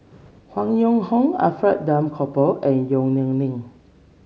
Han Yong Hong Alfred Duff Cooper and Yong Nyuk Lin